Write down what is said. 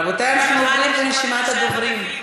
רבותי, אנחנו עוברים לרשימת הדוברים.